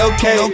Okay